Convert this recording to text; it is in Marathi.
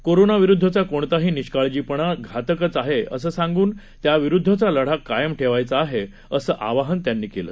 कोरोनाविरुदधचा कोणताही निष्काळजीपणा घातकच आहे असं सांगून त्याविरुद्धचा लढा कायम ठेवायचा आहे असं आवाहन त्यांनी केलं